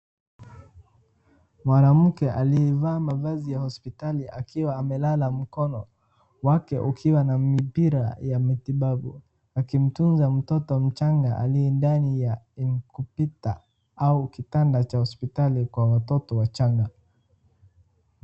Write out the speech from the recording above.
Mwanamke aliyevaa mavazi ya hospitali akiwa amelala mkono wake ukiwa na mipira ya matibabu, akimtunza mtoto mchanga aliye ndani ya incubator au kitanda cha hospitali kwa watoto wachanga.